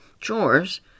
chores